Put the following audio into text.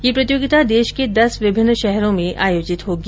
यह प्रतियोगिता देश के दस विभिन्न शहरों में आयोजित होगी